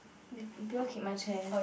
people kick my chair